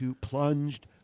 plunged